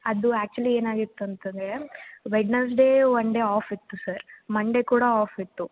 ಅದು ಆ್ಯಕ್ಚುಲಿ ಏನಾಗಿತ್ತು ಅಂತಂದರೆ ವೆಡ್ನಸ್ಡೇ ಒನ್ ಡೇ ಆಫ್ ಇತ್ತು ಸರ್ ಮಂಡೆ ಕೂಡ ಆಫ್ ಇತ್ತು